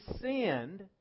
sinned